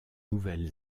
nouvelle